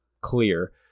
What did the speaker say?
clear